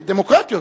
שבדמוקרטיות,